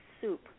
soup